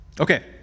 Okay